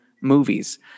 movies